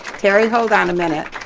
terry hold on a minute.